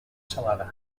salada